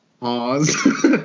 pause